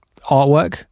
artwork